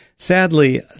Sadly